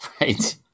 Right